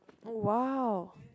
oh !wow!